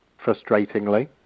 frustratingly